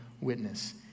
witness